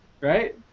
right